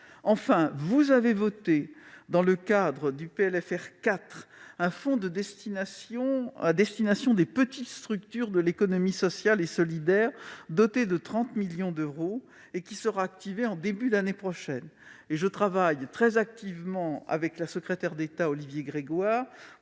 Enfin, vous avez voté, dans le cadre de la LFR 4, la création d'un fonds à destination des petites structures de l'économie sociale et solidaire, doté de 30 millions d'euros, et qui sera activé en début d'année prochaine. Je travaille très activement avec la secrétaire d'État Olivia Gregoire